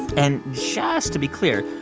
and, just to be clear,